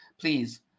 please